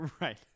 Right